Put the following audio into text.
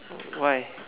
why